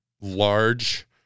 large